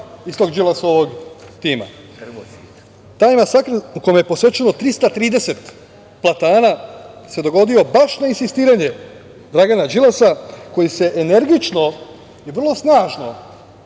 iz tog Đilasovog tima. Taj masakr u kome je posečeno 330 platana se dogodio baš na insistiranje Dragana Đilasa, koji se energično i vrlo snažno